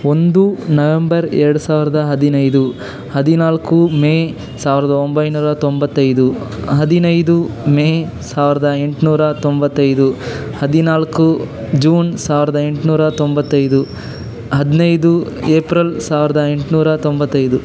ಒಂದು ನವೆಂಬರ್ ಎರಡು ಸಾವಿರದ ಹದಿನೈದು ಹದಿನಾಲ್ಕು ಮೇ ಸಾವಿರದ ಒಂಬೈನೂರ ತೊಂಬತ್ತೈದು ಹದಿನೈದು ಮೇ ಸಾವಿರದ ಎಂಟುನೂರ ತೊಂಬತ್ತೈದು ಹದಿನಾಲ್ಕು ಜೂನ್ ಸಾವಿರದ ಎಂಟುನೂರ ತೊಂಬತ್ತೈದು ಹದಿನೈದು ಎಪ್ರಿಲ್ ಸಾವಿರದ ಎಂಟುನೂರ ತೊಂಬತ್ತೈದು